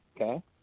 Okay